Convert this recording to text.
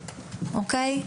אוקיי?